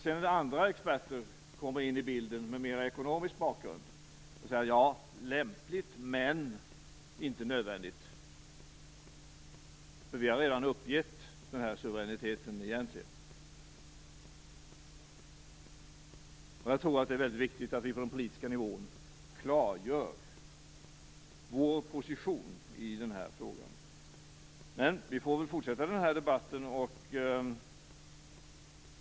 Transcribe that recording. Sedan kommer andra experter in i bilden med mer ekonomisk bakgrund och säger: Lämpligt men inte nödvändigt, för vi har redan uppgivit den här suveräniteten egentligen. Jag tror att det är väldigt viktigt att vi på den politiska nivån klargör vår position i den här frågan. Men vi får väl fortsätta den här debatten.